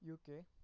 UK